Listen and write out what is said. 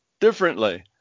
differently